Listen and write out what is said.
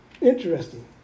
Interesting